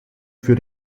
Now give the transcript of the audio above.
für